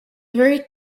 very